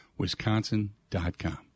Wisconsin.com